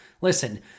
Listen